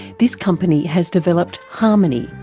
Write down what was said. this company has developed harmony,